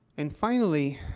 and finally,